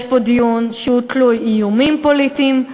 יש פה דיון שהוא תלוי איומים פוליטיים,